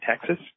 Texas